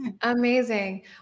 Amazing